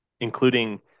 including –